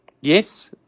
Yes